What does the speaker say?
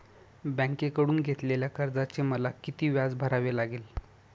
बँकेकडून घेतलेल्या कर्जाचे मला किती व्याज भरावे लागेल?